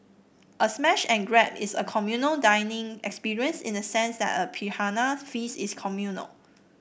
a smash and grab is a communal dining experience in the sense that a piranhas feasts is communal